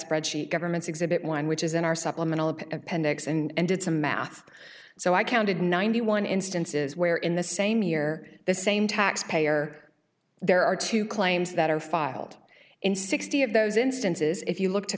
spreadsheet government's exhibit one which is in our supplemental appendix and did some math so i counted ninety one instances where in the same year the same taxpayer there are two claims that are filed in sixty of those instances if you look to